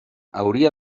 hauria